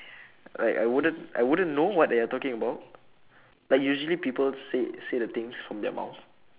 like I wouldn't I wouldn't know what they're are talking about like usually people say say the things from their mouth